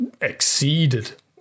exceeded